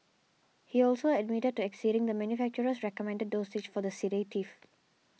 he also admitted to exceeding the manufacturer's recommended dosage for the sedative